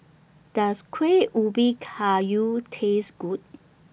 Does Kueh Ubi Kayu Taste Good